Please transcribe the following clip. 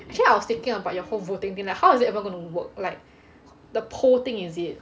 actually I was thinking about your whole voting thing like how is it ever going to work like the poll thing is it